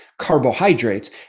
carbohydrates